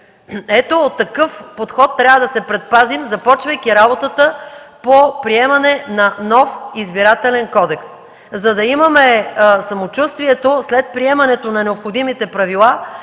Ето от такъв подход трябва да се предпазим, започвайки работата по приемане на нов Избирателен кодекс, за да имаме самочувствието, след приемането на необходимите правила,